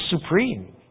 supreme